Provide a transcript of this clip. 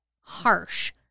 harsh